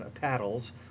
paddles